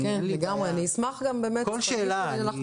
אני מוכן לענות על כל שאלה.